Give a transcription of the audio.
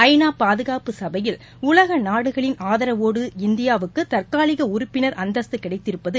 ஐ நா பாதுகாப்பு சபையில் உலக நாடுகளின் ஆதரவோடு இந்தியாவுக்கு தற்காலிக உறுப்பினர் அந்தஸ்த்து கிடைத்திருப்பது